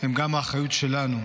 הם גם האחריות שלנו.